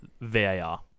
VAR